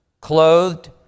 clothed